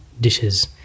dishes